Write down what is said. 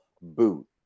boot